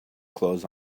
clothes